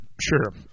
Sure